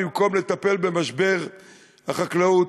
במקום לטפל במשבר החקלאות,